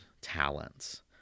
talents